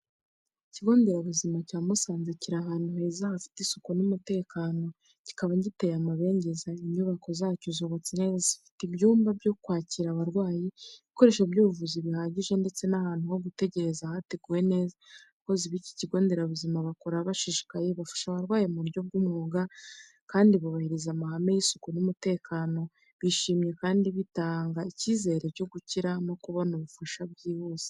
Ikigo nderabuzima cya Musanze kiri ahantu heza, hafite isuku n’umutekano, kikaba giteye amabengeza. Inyubako zacyo zubatse neza, zifite ibyumba byo kwakira abarwayi, ibikoresho by’ubuvuzi bihagije ndetse n’ahantu ho gutegereza hateguwe neza. Abakozi b’iki kigo nderabuzima bakora bashishikaye, bafasha abarwayi mu buryo bw’umwuga kandi bubahiriza amahame y’isuku n’umutekano, bishimye kandi bitanga icyizere cyo gukira no kubona ubufasha bwihuse.